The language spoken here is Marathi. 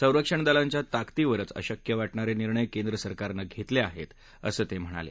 संरक्षण दलांच्या ताकदीवरच अशक्य वाटणारे निर्णय केंद्र सरकारनं घेतले आहेत असं ते म्हणाले